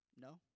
No